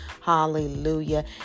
hallelujah